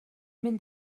mynd